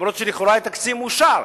אף-על-פי שלכאורה היה תקציב מאושר.